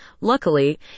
Luckily